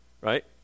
right